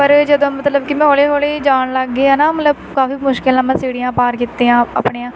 ਪਰ ਜਦੋਂ ਮਤਲਬ ਕਿ ਮੈਂ ਹੌਲੀ ਹੌਲੀ ਜਾਣ ਲੱਗ ਗਈ ਹੈ ਨਾ ਮਤਲਬ ਕਾਫੀ ਮੁਸ਼ਕਿਲ ਨਾਲ ਮੈਂ ਸੀੜੀਆਂ ਪਾਰ ਕੀਤੀਆਂ ਆਪਣੀਆਂ